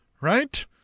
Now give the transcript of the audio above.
right